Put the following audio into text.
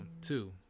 two